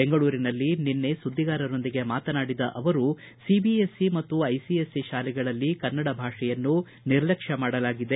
ಬೆಂಗಳೂರಿನಲ್ಲಿ ನಿನ್ನೆ ಸುದ್ದಿಗಾರರೊಂದಿಗೆ ಮಾತನಾಡಿದ ಅವರು ಸಿಬಿಎಸ್ಸಿ ಮತ್ತು ಐಸಿಎಸ್ಸಿ ತಾಲೆಗಳಲ್ಲಿ ಕನ್ನಡ ಭಾಷೆಯನ್ನು ನಿರ್ಲಕ್ಷ್ವ ಮಾಡಲಾಗಿದೆ